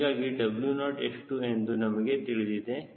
ಹೀಗಾಗಿ W0 ಎಷ್ಟು ಎಂದು ನಮಗೆ ತಿಳಿದಿದೆ